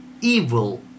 evil